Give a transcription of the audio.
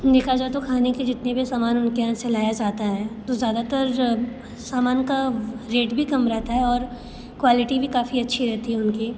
देखा जाए तो खाने के जितने भी सामान उनके यहाँ से लाया जाता है तो ज़्यादातर सामान का रेट भी कम रहता है और क्वालिटी भी काफ़ी अच्छी रहती है उनकी